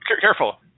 careful